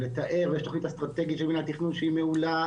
לתאר ויש תכנית אסטרטגית של מנהל תכנון שהיא מעולה,